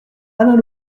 alain